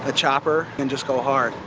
ah chopper, and just go hard.